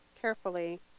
carefully